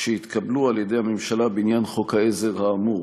שהתקבלו על-ידי הממשלה בעניין חוק העזר האמור.